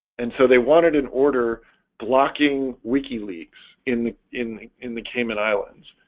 and so they wanted an order blocking wikileaks in in in the cayman islands